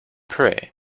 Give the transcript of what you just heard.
pray